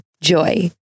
Joy